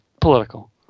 political